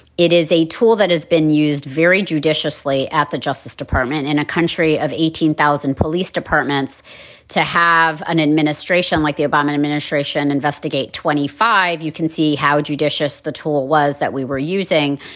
it is a tool that has been used very judiciously at the justice department in a country of eighteen thousand police departments to have an administration like the obama administration investigate twenty five. you can see how judicious the tool was that we were using.